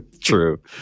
True